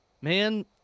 man